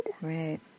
right